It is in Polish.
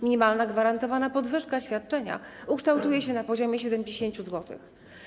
Minimalna gwarantowana podwyżka świadczenia ukształtuje się na poziomie 70 zł.